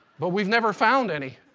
but we never found any.